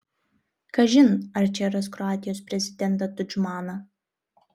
kažin ar čia ras kroatijos prezidentą tudžmaną